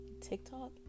TikTok